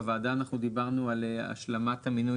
בוועדה אנחנו דיברנו על השלמת המינוי